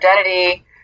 identity